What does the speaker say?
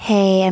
Hey